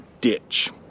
ditch